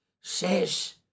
says